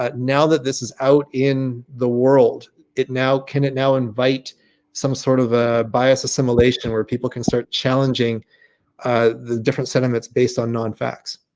ah now that this is out in the world it now can it now invite some sort of ah bias assimilation where people can start challenging the different sentiments based on non facts.